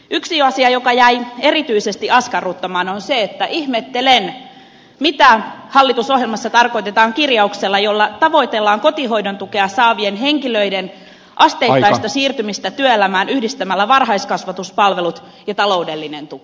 yksi asia joka jäi erityisesti askarruttamaan on se että ihmettelen mitä hallitusohjelmassa tarkoitetaan kirjauksella jolla tavoitellaan kotihoidon tukea saavien henkilöiden asteittaista siirtymistä työelämään yhdistämällä varhaiskasvatuspalvelut ja taloudellinen tuki